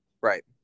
Right